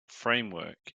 framework